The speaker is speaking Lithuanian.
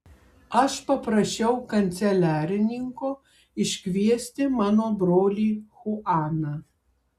aš paprašiau kanceliarininko iškviesti mano brolį chuaną